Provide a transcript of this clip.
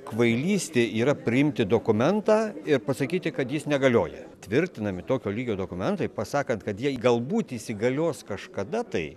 kvailystė yra priimti dokumentą ir pasakyti kad jis negalioja tvirtinami tokio lygio dokumentai pasakant kad jie galbūt įsigalios kažkada tai